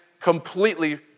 completely